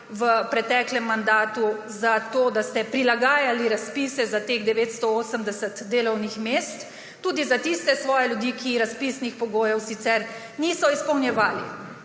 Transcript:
v preteklem mandatu za to, da ste prilagajali razpise za teh 980 delovnih mest, tudi za tiste svoje ljudi, ki razpisnih pogojev sicer niso izpolnjevali.